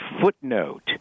footnote